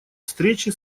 встречи